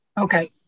Okay